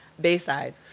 Bayside